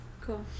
cool